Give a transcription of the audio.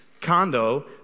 condo